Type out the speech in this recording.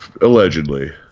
Allegedly